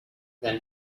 then